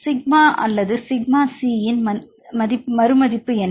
sigma அல்லது sigma C இன் சிக்மாவின் மதிப்பு என்ன